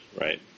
right